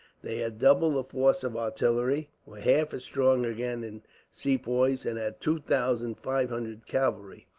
they had double the force of artillery, were half as strong again in sepoys, and had two thousand five hundred cavalry,